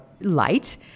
light